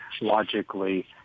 logically